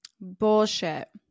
Bullshit